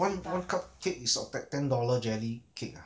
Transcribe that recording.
one one cupcake is of ten dollar jelly cake ah